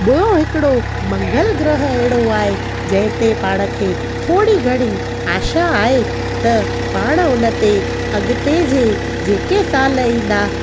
ॿियों हिकिड़ो मंगल ग्रह अहिड़ो आहे जंहिं ते पाण खे थोरी घणी आशा आहे त पाण उन ते अॻिते जे जेके साल ईंदा